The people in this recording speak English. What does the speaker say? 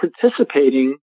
participating